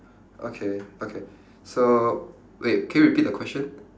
okay okay so wait can you repeat the question